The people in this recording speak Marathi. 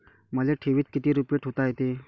मले ठेवीत किती रुपये ठुता येते?